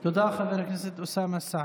תודה, חבר הכנסת אוסאמה סעדי.